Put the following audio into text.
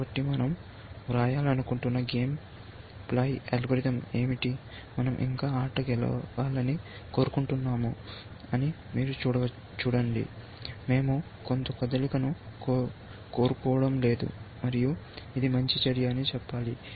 కాబట్టి మనం వ్రాయాలనుకుంటున్న గేమ్ ప్లే అల్గోరిథం ఏమిటి మనం ఇంకా ఆట గెలవాలని కోరుకుంటున్నాము చూడండి మేము కొంత కదలిక ను కోరుకోవడం లేదు మరియు ఇది మంచి చర్య అని చెప్పాలి